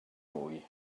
mwy